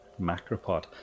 Macropod